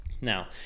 Now